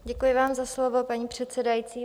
Děkuji vám za slovo, paní předsedající.